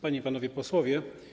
Panie i Panowie Posłowie!